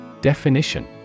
Definition